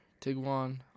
tiguan